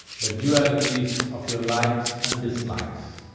the dualities of your likes and dislikes,